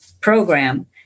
program